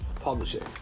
publishing